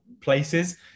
places